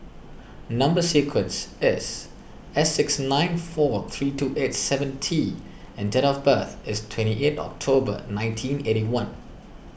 Number Sequence is S six nine four three two eight seven T and date of birth is twenty eighth October nineteen eighty one